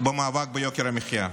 במאבק ביוקר המחיה,